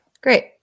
Great